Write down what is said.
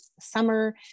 summer